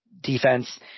defense